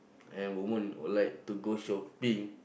and women all like to go shopping